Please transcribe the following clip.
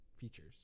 features